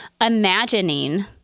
imagining